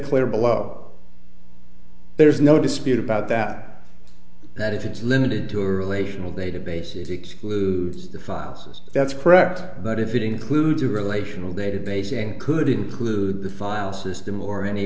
clear below there's no dispute about that that if it's limited to a relational database it excludes the files that's correct but if it includes a relational database and could include the file system or any